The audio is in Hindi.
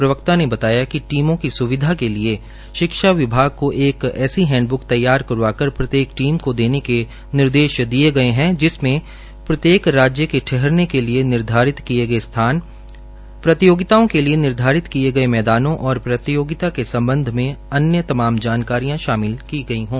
प्रवक्ता ने बताया कि शिक्षा विभाग को एक ऐसी हैंडब्क तैयार करवाकर प्रत्येक टीम को देने के निर्देश दिए गए हैं जिसमें प्रत्येक राज्य के ठहरने के लिए निर्धारित किए गए स्थान प्रतियोगिताओं के लिए निर्धारित किए मैदानों और प्रतियोगिता के संबंध में अन्य तमाम जानकारियां शामिल की गई हों